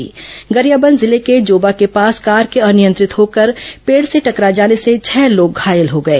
गरियाबंद जिले में जोबा के पास कार के अनियंत्रित होकर पेड़ से टकरा जाने से छह लोग घायल हो गए